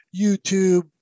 youtube